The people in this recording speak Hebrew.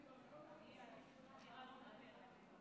309 ו-310.